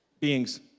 Beings